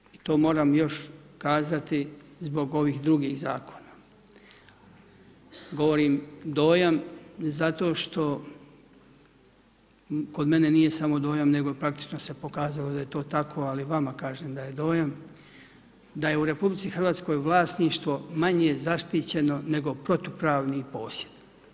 Dojam je i to moram još kazati zbog ovih drugih zakona, govorim dojam zato što kod mene nije samo dojam nego praktično se pokazalo da je to tako ali vama kažem da je dojam, da je u RH vlasništvo manje zaštićeno nego protupravni posjed.